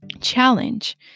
Challenge